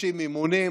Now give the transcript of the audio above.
דרושים אימונים,